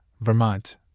Vermont